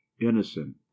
innocent